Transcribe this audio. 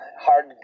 hard